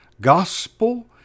gospel